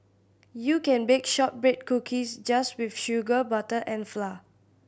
you can bake shortbread cookies just with sugar butter and flour